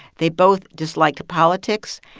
they both disliked politics.